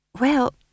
Well